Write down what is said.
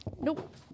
Nope